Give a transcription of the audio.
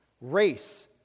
race